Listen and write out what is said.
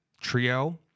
trio